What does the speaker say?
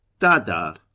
Dadar